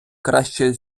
краще